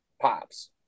pops